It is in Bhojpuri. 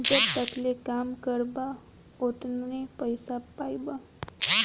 जब तकले काम करबा ओतने पइसा पइबा